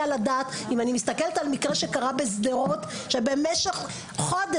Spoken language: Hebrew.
על הדעת אם אני מסתכלת על מקרה שקרה בשדרות שבמשך חודש,